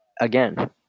again